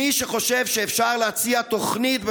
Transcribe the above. מי שחושב שאפשר להציע תוכנית,